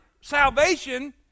salvation